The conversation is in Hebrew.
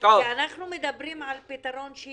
אנחנו הצענו כמה הצעות, סברנו שיש פתרונות יותר